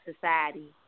society